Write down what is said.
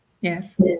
Yes